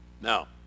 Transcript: Now